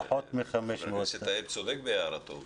חבר הכנסת טאהא צודק בהערתו.